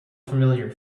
familiar